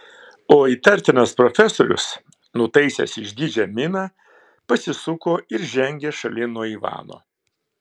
o įtartinas profesorius nutaisęs išdidžią miną pasisuko ir žengė šalin nuo ivano